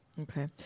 Okay